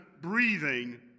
breathing